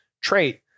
trait